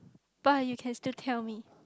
but you can still tell me